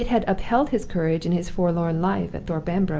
it had upheld his courage in his forlorn life at thorpe ambrose,